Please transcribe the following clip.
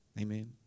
Amen